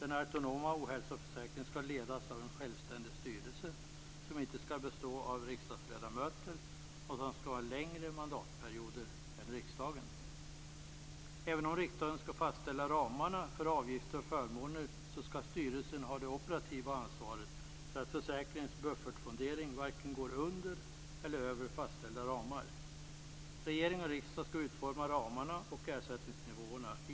Den autonoma ohälsoförsäkringen skall ledas av en självständig styrelse som inte skall bestå av riksdagsledamöter och som skall ha längre mandatperiod än riksdagen. Även om riksdagen skall fastställa ramarna för avgifter och förmåner skall styrelsen ha det operativa ansvaret för att försäkringens buffertfondering varken går under eller över fastställda ramar. Regering och riksdag skall utforma ramarna och ersättningsnivåerna.